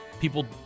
people